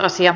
asia